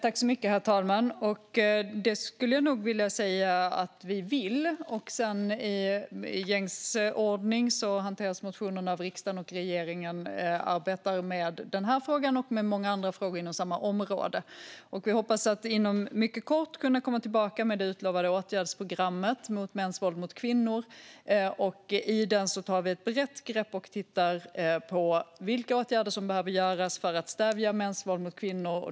Herr talman! Det skulle jag nog vilja säga att vi vill. Men i gängse ordning hanteras motionerna av riksdagen, och regeringen arbetar med den här frågan och med många andra frågor inom samma område. Vi hoppas att inom mycket kort tid kunna komma tillbaka med det utlovade åtgärdsprogrammet mot mäns våld mot kvinnor. I det tar vi ett brett grepp och tittar på vilka åtgärder som behöver vidtas för att stävja mäns våld mot kvinnor.